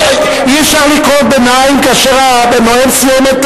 אי-אפשר לקרוא ביניים כאשר הנואם סיים.